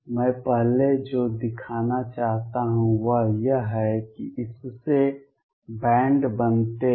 मैं पहले जो दिखाना चाहता हूं वह यह है कि इससे बैंड बनते हैं